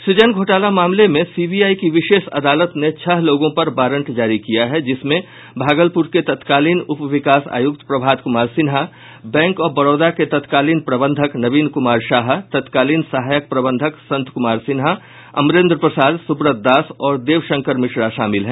सूजन घोटाला मामले में सीबीआई की विशेष अदालत ने छह लोगों पर वारंट जारी किया है जिसमें भागलपुर के तत्कालीन उपविकास आयुक्त प्रभात कुमार सिन्हा बैंक ऑफ बड़ौदा के तत्कालीन प्रबंधक नवीन कुमार शाहा तत्कालीन सहायक प्रबंधक संत कूमार सिन्हा अमरेंद्र प्रसाद सूब्रत दास और देवशंकर मिश्रा शामिल हैं